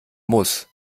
muss